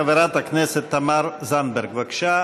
חברת הכנסת תמר זנדברג, בבקשה.